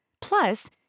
Plus